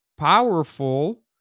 Powerful